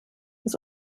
das